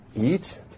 eat